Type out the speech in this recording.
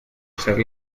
ser